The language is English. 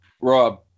Rob